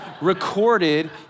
recorded